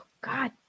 God